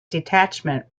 detachment